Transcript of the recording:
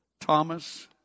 Thomas